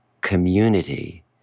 community